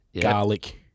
garlic